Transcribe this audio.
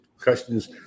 questions